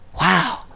Wow